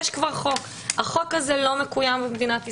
יש כבר חוק שלא מקוים במדינת ישראל.